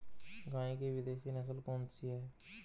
गाय की विदेशी नस्ल कौन सी है?